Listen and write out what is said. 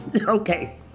Okay